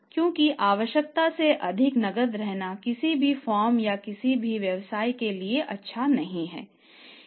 क्योंकि आवश्यकता से अधिक नकदी रखना किसी भी फर्म या किसी भी व्यवसाय के लिए अच्छा नहीं है